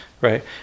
right